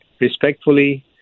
respectfully